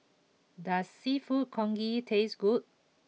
does Seafood Congee taste good